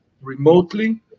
remotely